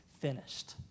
finished